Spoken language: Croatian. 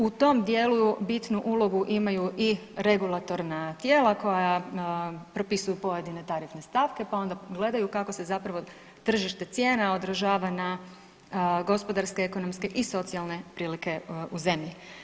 U tom dijelu bitnu ulogu imaju i regulatorna tijela koja propisuju pojedine tarifne stavke pa onda pogledaju kako se zapravo tržište cijena odražava na gospodarske, ekonomske i socijalne prilike u zemlji.